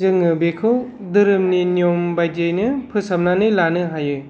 जोङो बेखौ धोरोमनि नियम बायदियैनो फोसाबनानै लानो हायो